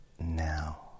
now